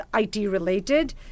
IT-related